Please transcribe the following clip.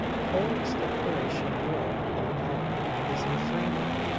powart's declaration of war on alma is a frame-up!